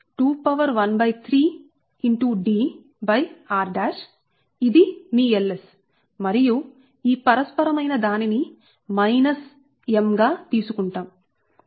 D r ఇది మీ Ls మరియు ఈ పరస్పరమైన దానిని మైనస్ M గా తీసుకుంటాం